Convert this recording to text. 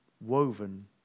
woven